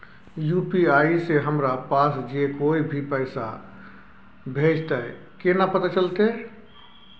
UPI से हमरा पास जे कोय भी पैसा भेजतय केना पता चलते?